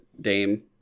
dame